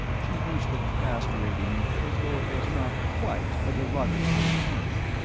she used the caste rating as though it was not quite a derogatory term.